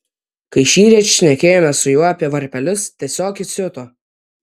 kai šįryt šnekėjomės su juo apie varpelius tiesiog įsiuto